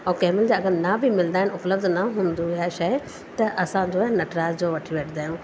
और कंहिंमहिल जा अगरि कलर ना बि मिलंदा आहिनि उपलब्ध न हूंदो आहे शइ त असां जो आहे नटराज जो वठी वठंदा आहियूं